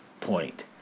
point